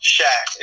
Shaq